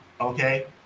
okay